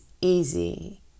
easy